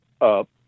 up